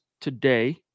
today